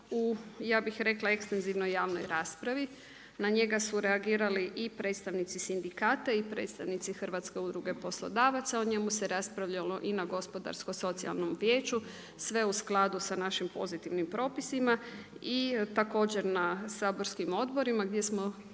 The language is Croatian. u ja bi rekla ekstenzivnoj raspravi. Na njega su reagirali i predstavnici sindikata i predstavnici Hrvatske udruge poslodavaca, o njemu se raspravljalo i na gospodarskom socijalnom vijeću, sve u skladu sa našim pozitivnim propisima, i također na saborskim odborima gdje smo